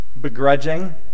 begrudging